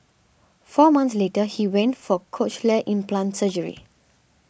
four months later he went for cochlear implant surgery